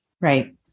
Right